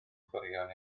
chwaraeon